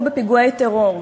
נרצחו בפיגועי טרור,